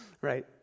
right